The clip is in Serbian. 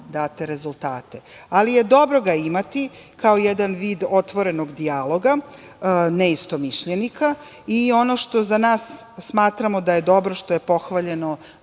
date rezultate, ali ga je dobro imati kao jedan vid otvorenog dijaloga neistomišljenika i ono što je za nas, smatramo, dobro, što je pohvaljeno